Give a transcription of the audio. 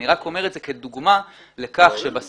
אני רק אומר את זה כדוגמה לכך שבסוף